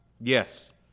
Yes